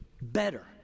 better